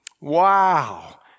wow